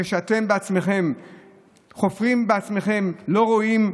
כשאתם בעצמכם חופרים בעצמכם, לא רואים.